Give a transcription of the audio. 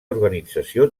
organització